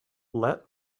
let